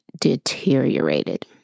deteriorated